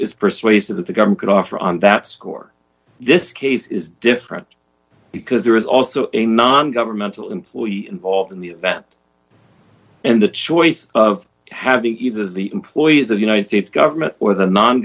is persuasive that the governor could offer on that score this case is different because there is also a non governmental employee involved in the event and the choice of have either the employees of united states government or the non